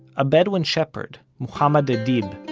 a bedouin shepherd, muhammed edh-dhib,